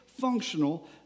functional